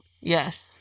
Yes